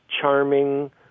charming